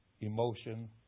emotion